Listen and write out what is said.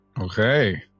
Okay